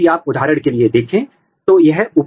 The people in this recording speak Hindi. आप यह प्रोब कैसे बनाएंगे यह में विस्तार में बताऊंगा